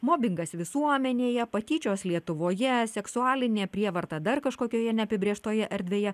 mobingas visuomenėje patyčios lietuvoje seksualinė prievarta dar kažkokioje neapibrėžtoje erdvėje